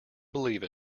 believe